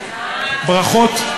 ברכות.